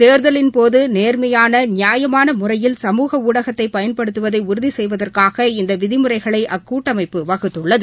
தேர்தலின் போது நேர்மையான நியாயமான முறையில் சமூக ஊடகத்தை பயன்படுத்துவதை உறுதி செய்வதற்காக இந்த விதிமுறைகளை அக்கூட்டமைப்பு வகுத்துள்ளது